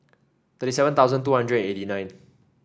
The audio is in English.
thirty seven thousand two hundred eighty nine